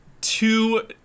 Two